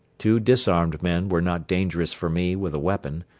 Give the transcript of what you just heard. two disarmed men were not dangerous for me with a weapon,